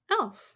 elf